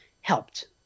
helped